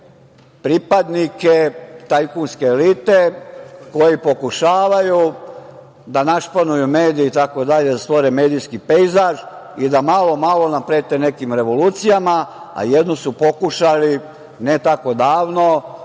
bogate pripadnike tajkunske elite koji pokušavaju da našpanuju medije itd, da stvore medijski pejzaž i malo malo nam prete nekim revolucijama, a jednu su pokušali ne tako davno,